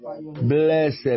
Blessed